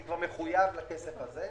אני כבר מחויב לתת את זה.